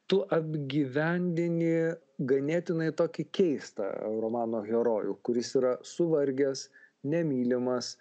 tu apgyvendini ganėtinai tokį keistą romano herojų kuris yra suvargęs nemylimas